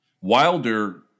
Wilder